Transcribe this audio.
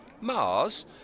Mars